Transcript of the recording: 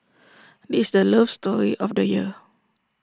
this is the love story of the year